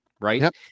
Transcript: right